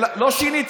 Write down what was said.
לא שיניתי.